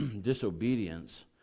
disobedience